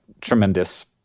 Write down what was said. tremendous